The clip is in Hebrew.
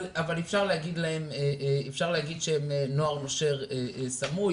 אבל אפשר להגיד שהם נוער נושר סמוי,